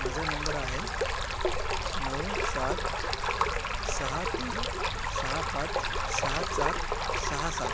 माझा नंबर आहे नऊ सात सहा तीन सहा पाच सहा चार सहा सात